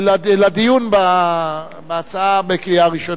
לדיון בקריאה הראשונה,